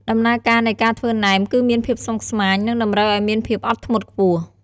ដំណើរការនៃការធ្វើណែមគឺមានភាពស្មុគស្មាញ និងតម្រូវឱ្យមានភាពអត់ធ្មត់ខ្ពស់។